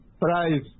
price